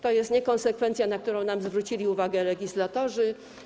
To jest niekonsekwencja, na którą nam zwrócili uwagę legislatorzy.